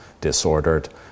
disordered